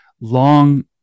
long